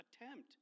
attempt